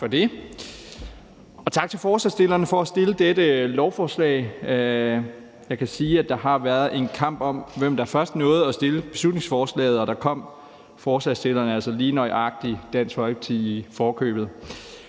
tak til forslagsstillerne for at fremsætte dette beslutningsforslag. Jeg kan sige, at der har været en kamp om, hvem der først nåede at fremsætte beslutningsforslaget, og at forslagsstillerne altså der lige nøjagtig kom Dansk Folkeparti i forkøbet.